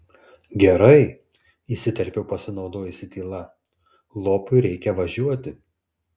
gerai įsiterpiau pasinaudojusi tyla lopui reikia važiuoti